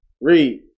Read